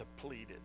depleted